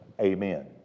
amen